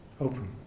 open